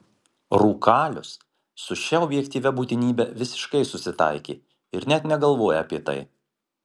rūkalius su šia objektyvia būtinybe visiškai susitaikė ir net negalvoja apie tai